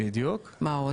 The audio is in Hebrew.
מה עוד?